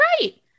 right